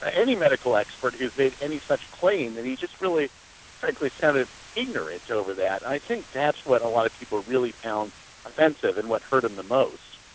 any medical expert, who's made any such claim. and he just really frankly sounded ignorant over that. i think that's what a lot of people really found offensive and what hurt him the most.